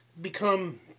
become